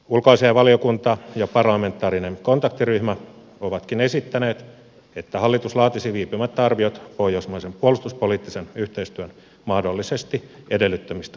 ulkoasiainvaliokunta ja parlamentaarinen kontaktiryhmä ovatkin esittäneet että hallitus laatisi viipymättä arviot pohjoismaisen puolustuspoliittisen yhteistyön mahdollisesti edellyttämistä sopimuspohjaisista järjestelyistä